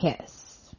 kiss